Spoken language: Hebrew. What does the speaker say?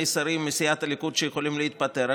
שרים מסיעת הליכוד שיכולים להתפטר.